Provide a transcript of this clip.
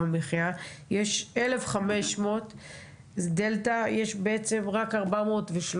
המחיה יש 1,500 דלתא ויש בעצם רק 413,